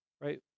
right